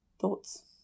Thoughts